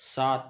सात